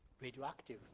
Radioactive